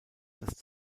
das